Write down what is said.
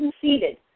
conceded